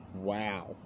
Wow